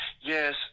Yes